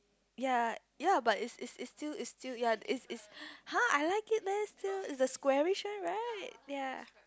ya ya but is is is is still is still ya is is [huh] I like it man still it's the square ~ish one right ya